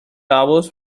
hours